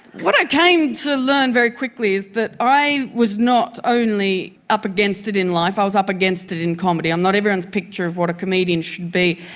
what i came to so learn very quickly is that i was not only up against it in life, i was up against it in comedy. i'm not everyone's picture of what a comedian should be.